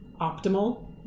optimal